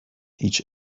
هیچ